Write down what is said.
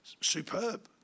superb